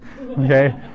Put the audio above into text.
okay